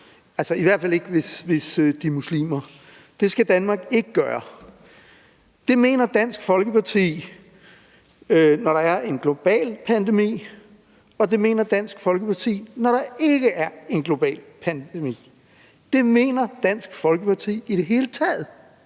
i hvert fald ikke hvis de er muslimer. Det skal Danmark ikke gøre. Det mener Dansk Folkeparti, når der er en global pandemi, og det mener Dansk Folkeparti, når der ikke er en global pandemi. Det mener Dansk Folkeparti i det hele taget